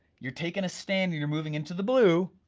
you're taking a stand and you're moving into the blue,